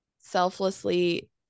selflessly